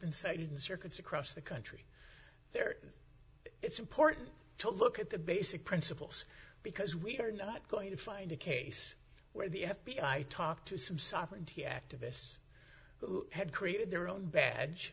been cited circuits across the country there it's important to look at the basic principles because we are not going to find a case where the f b i talked to some sovereignty activists who had created their own badge